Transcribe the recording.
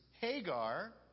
Hagar